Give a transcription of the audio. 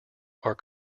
are